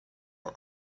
are